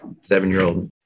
seven-year-old